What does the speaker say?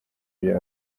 bya